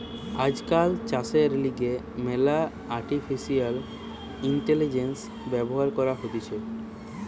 আজকাল চাষের লিগে ম্যালা আর্টিফিশিয়াল ইন্টেলিজেন্স ব্যবহার করা হতিছে